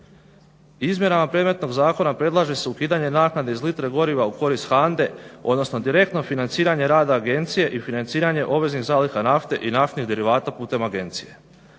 Izmjenama predmetnog zakona predlaže se ukidanje naknade iz litre goriva u korist HANDE odnosno direktno financiranje rada Agencije i financiranje obveznih zaliha nafte i naftnih derivata putem agencije.